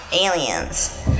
aliens